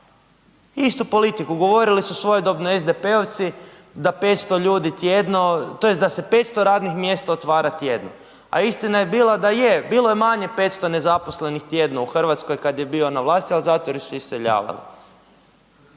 istu politiku. Govorili su svojedobno SDP-ovci da 500 ljudi tjedno tj. da se 500 radnih mjesta otvara tjedno. A istina je bila da je, bilo je manje 500 nezaposlenih tjedno u Hrvatskoj kad je bio na vlasti, ali zato jer su se iseljavali.